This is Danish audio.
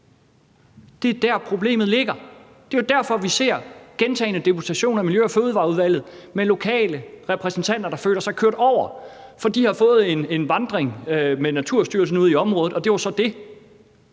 Det er der, problemet ligger. Det er jo derfor, vi ser gentagne fremmøder af deputationer i Miljø- og Fødevareudvalget med lokale repræsentanter, der føler sig kørt over. For de har fået en vandring med Naturstyrelsen ude i området, og det var så det.